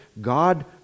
god